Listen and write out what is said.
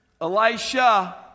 Elisha